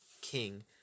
king